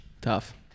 tough